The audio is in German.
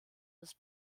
ist